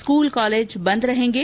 school college बंद रहेंगे